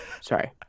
sorry